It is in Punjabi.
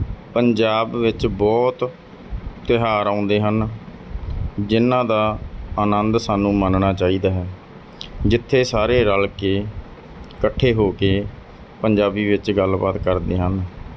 ਪੰਜਾਬ ਵਿੱਚ ਬਹੁਤ ਤਿਉਹਾਰ ਆਉਂਦੇ ਹਨ ਜਿਹਨਾਂ ਦਾ ਅਨੰਦ ਸਾਨੂੰ ਮਾਣਨਾ ਚਾਹੀਦਾ ਹੈ ਜਿੱਥੇ ਸਾਰੇ ਰਲ ਕੇ ਇਕੱਠੇ ਹੋ ਕੇ ਪੰਜਾਬੀ ਵਿੱਚ ਗੱਲਬਾਤ ਕਰਦੇ ਹਨ